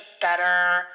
better